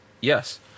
yes